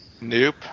Nope